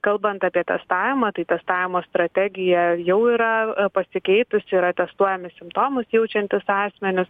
kalbant apie testavimą tai testavimo strategija jau yra pasikeitusi yra testuojami simptomus jaučiantys asmenys